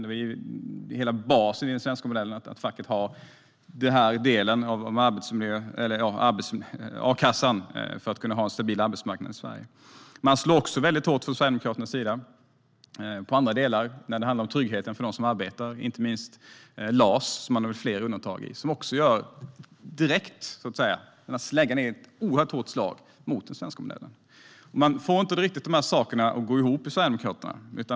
Det är ju hela basen i den svenska modellen att facket har inflytande över a-kassan för att man ska kunna ha en stabil arbetsmarknad i Sverige. Sverigedemokraterna slår också väldigt hårt mot andra delar när det handlar om tryggheten för dem som arbetar. Inte minst i LAS vill man göra flera undantag. Det är ett oerhört hårt slag med släggan mot den svenska modellen. Detta går inte ihop för Sverigedemokraterna.